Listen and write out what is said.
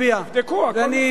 תבדקו, הכול מצולם.